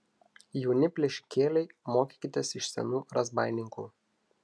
jauni plėšikėliai mokykitės iš senų razbaininkų